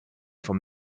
from